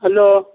hello